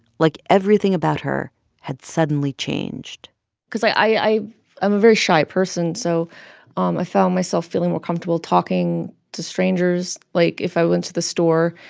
like everything about her had suddenly changed because, like, i i'm a very shy person. so um i found myself feeling more comfortable talking to strangers. like, if i went to the store,